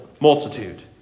multitude